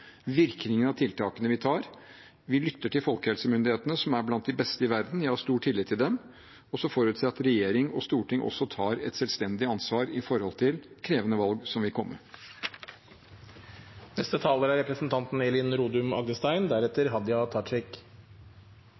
virkningene av tiltakene vi gjør. Vi lytter til folkehelsemyndighetene, som er blant de beste i verden, jeg har stor tillit til dem, og så forutsetter jeg at regjering og storting også tar et selvstendig ansvar for krevende valg som vil komme.